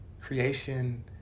Creation